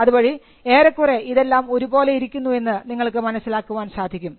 അത് വഴി ഏറെക്കുറെ ഇതെല്ലാം ഒരു പോലെ ഇരിക്കുന്നു എന്ന് നിങ്ങൾക്ക് മനസ്സിലാക്കാൻ സാധിക്കും